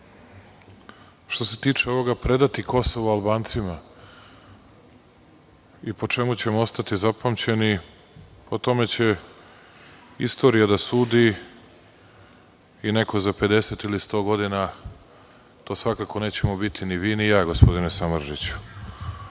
Što se tiče ovoga – predati Kosovo Albancima i po čemu ćemo ostati zapamćeni, o tome će istorija da sudi i neko za 50 ili 100 godina. To svakako nećemo biti ni vi, ni ja, gospodine Samardžiću.